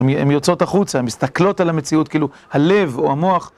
הן יוצאות החוצה, הן מסתכלות על המציאות, כאילו, הלב או המוח.